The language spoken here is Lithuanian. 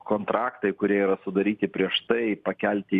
kontraktai kurie yra sudaryti prieš tai pakelti